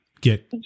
get